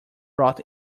brought